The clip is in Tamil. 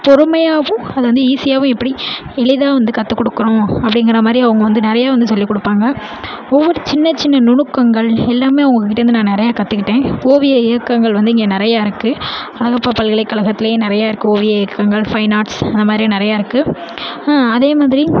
பொறுமையாகவும் அதை வந்து ஈஸியாகவும் எப்படி எளிதாக வந்து கற்று கொடுக்குறோம் அப்படிங்கிற மாதிரி அவங்க வந்து நிறையா வந்து சொல்லி கொடுப்பாங்க ஒவ்வொரு சின்னசின்ன நுணுக்கங்கள் எல்லாமே அவங்ககிட்டேருந்து நான் நிறையா கற்றுக்கிட்டேன் ஓவிய இயக்கங்கள் வந்து இங்கே நிறையா இருக்குது அழகப்பா பல்கலைக்கழகத்திலே நிறையா இருக்குது ஓவிய இயக்கங்கள் ஃபைன் ஆர்ட்ஸ் அந்த மாதிரி நிறையா இருக்குது அதே மாதிரி